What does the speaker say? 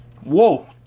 Whoa